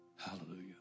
hallelujah